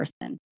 person